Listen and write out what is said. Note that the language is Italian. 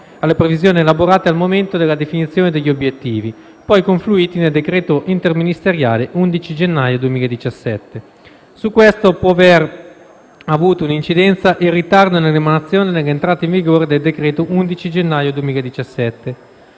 alle previsioni elaborate al momento della definizione degli obiettivi, poi confluiti nel decreto interministeriale 11 gennaio 2017. Su questo può aver avuto un'incidenza il ritardo nell'emanazione e nell'entrata in vigore del decreto 11 gennaio 2017.